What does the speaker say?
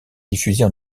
diffusées